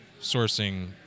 sourcing